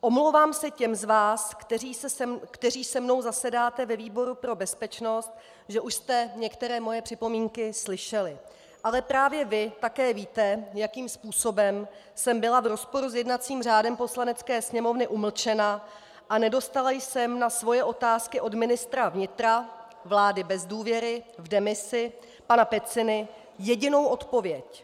Omlouvám se těm z vás, kteří se mnou zasedáte ve výboru pro bezpečnost, že už jste některé moje připomínky slyšeli, ale právě vy také víte, jakým způsobem jsem byla v rozporu s jednacím řádem Poslanecké sněmovny umlčena a nedostala jsem na svoje otázky od ministra vnitra vlády bez důvěry v demisi, pana Peciny, jedinou odpověď.